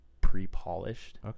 pre-polished